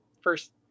first